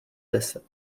deset